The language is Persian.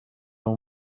اون